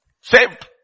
saved